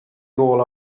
gôl